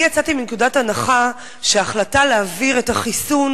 אני יצאתי מנקודת הנחה שההחלטה להעביר את החיסון